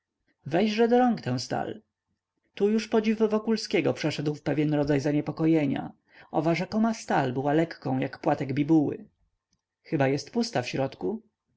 weźże do rąk tę stal tu już podziw wokulskiego przeszedł w pewien rodzaj zaniepokojenia owa rzekoma stal była lekką jak płatek bibułki chyba jest pusta w środku